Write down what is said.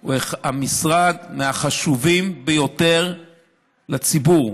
הוא מהחשובים ביותר לציבור,